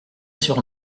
sur